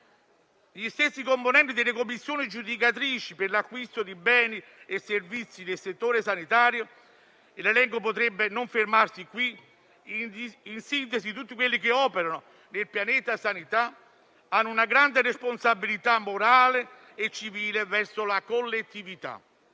gli stessi componenti delle commissioni giudicatrici per l'acquisto di beni e servizi nel settore sanitario, e l'elenco potrebbe non fermarsi qui, in sintesi tutti quelli che operano del pianeta sanità hanno una grande responsabilità morale e civile verso la collettività.